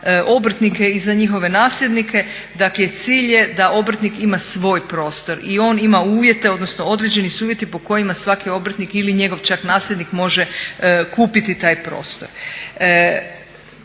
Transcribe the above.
obrtnike i za njihove nasljednike. Dakle, cilj je da obrtnik ima svoj prostor i on ima uvjete, odnosno određeni su uvjeti po kojima svaki obrtnik ili njegov čak nasljednik može kupiti taj prostor.